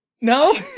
No